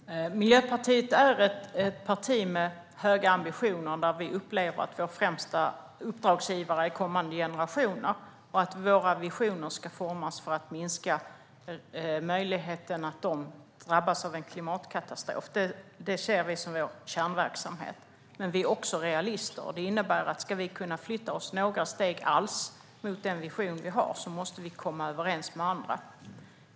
Herr talman! Miljöpartiet är ett parti med höga ambitioner, och vi upplever att våra främsta uppdragsgivare är kommande generationer. Våra visioner ska formas för att minska möjligheten att de drabbas av en klimatkatastrof. Det ser vi som vår kärnverksamhet. Men vi är också realister. Det innebär att om vi ska flytta oss några steg alls mot den vision vi har måste vi komma överens med andra.